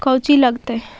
कौची लगतय?